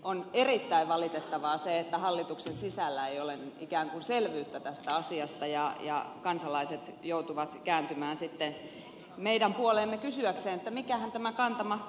on erittäin valitettavaa se että hallituksen sisällä ei ole ikään kuin selvyyttä tästä asiasta ja kansalaiset joutuvat kääntymään sitten meidän puoleemme kysyäkseen mikähän tämä kanta mahtaa olla